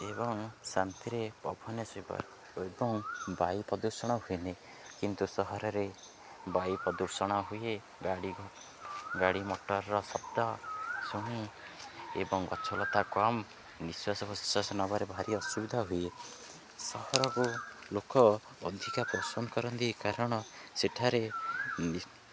ଏବଂ ଶାନ୍ତିରେ ପବନ ଶିବାର ଏବଂ ବାୟୁ ପ୍ରଦୂଷଣ ହୁଏନି କିନ୍ତୁ ସହରରେ ବାୟୁ ପ୍ରଦୂଷଣ ହୁଏ ଗାଡ଼ି ଗାଡ଼ି ମଟରର ଶବ୍ଦ ଶୁଣି ଏବଂ ଗଛଲତା କମ୍ ନିଶ୍ୱାସ ପ୍ରଶ୍ୱାସ ନେବାରେ ଭାରି ଅସୁବିଧା ହୁଏ ସହରକୁ ଲୋକ ଅଧିକା ପସନ୍ଦ କରନ୍ତି କାରଣ ସେଠାରେ